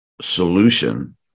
solution